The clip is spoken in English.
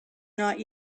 not